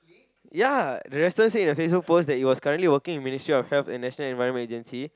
ya the restaurant